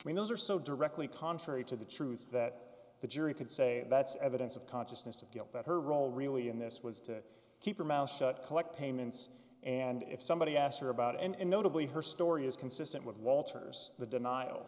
i mean those are so directly contrary to the truth that the jury could say that's evidence of consciousness of guilt that her role really in this was to keep her mouth shut collect payments and if somebody asked her about it and notably her story is consistent with walters the denial